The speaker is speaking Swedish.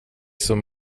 som